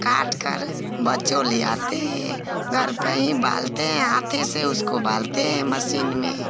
काटकर बच्चे ले आते हैं घर पर ही बालते हैं हाथ से उसको बालते हैं मशीन में